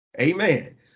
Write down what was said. amen